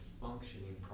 functioning